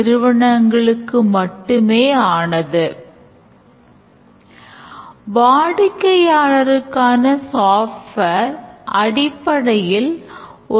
நாம் பெயரையும் attributes ஐயும் compartmentsகளாக எழுதலாம் அல்லது நாம் name attribute மற்றும் operations அனைத்தையும் எழுதலாம்